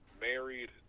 married